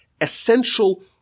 essential